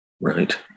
Right